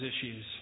issues